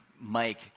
Mike